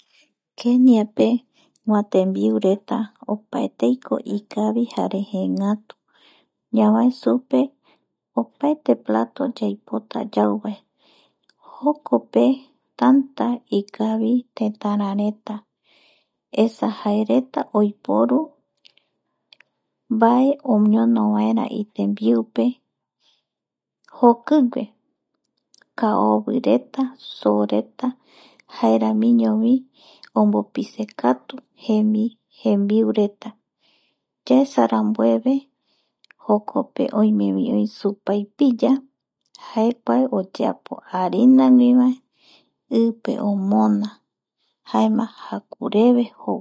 Keniapegua tembiureta opaeteiko ikavi jare jeengatu ñavae supe opaete plato yauvae jokope tanta ikavi tetara reta esa jaereta oiporu, mbae oñono itembiupe jokigue kaovireta sooreta jaeramiñovi ombopisekatu jembiureta yaesambueve jokope oimevi oi supaipiya jae oyeapo harina guivae ipe omona jaema jakureve jou